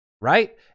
right